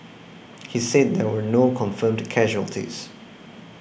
he said there were no confirmed casualties